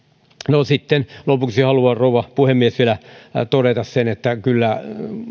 no sitten lopuksi haluan rouva puhemies vielä todeta sen että kyllä